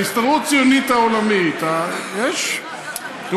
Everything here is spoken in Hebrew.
ההסתדרות הציונית העולמית, יש, הסתדרות העובדים.